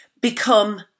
become